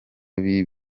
muri